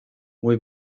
muy